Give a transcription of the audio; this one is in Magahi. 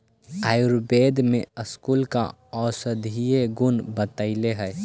आयुर्वेद में स्कूल का औषधीय गुण बतईले हई